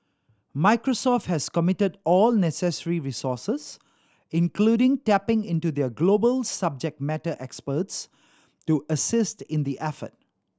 Microsoft has committed all necessary resources including tapping into their global subject matter experts to assist in the effort